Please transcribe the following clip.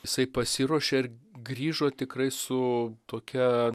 jisai pasiruošė ir grįžo tikrai su tokia